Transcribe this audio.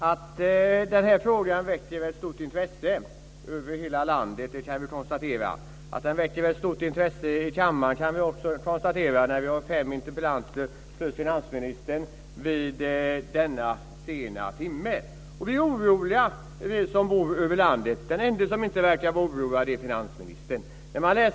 Fru talman! Att den här frågan väcker mycket stort intresse över hela landet kan vi konstatera. Att den väcker mycket stort intresse i kammaren kan vi också konstatera, när fem ledamöter och finansministern debatterar en interpellation vid denna sena timme. Vi som bor ute i landet är oroliga. Den ende som inte verkar vara oroad är finansministern.